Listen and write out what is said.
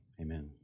amen